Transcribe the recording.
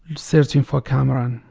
searching for kamaran.